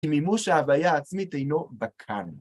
כי מימוש ההוויה העצמית אינו בא כאן.